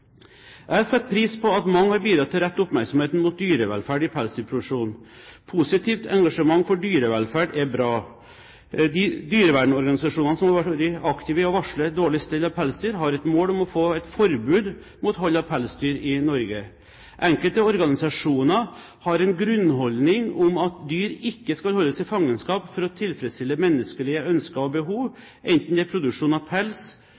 Jeg setter pris på at mange har bidratt til å rette oppmerksomheten mot dyrevelferd i pelsdyrproduksjonen. Positivt engasjement for dyrevelferd er bra. De dyrevernorganisasjonene som har vært aktive i å varsle dårlig stell av pelsdyr, har et mål om få et forbud mot hold av pelsdyr i Norge. Enkelte organisasjoner har en grunnholdning om at dyr ikke skal holdes i fangenskap for å tilfredsstille menneskelige ønsker og behov, enten det er produksjon av pels,